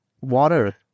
water